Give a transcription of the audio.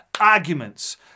arguments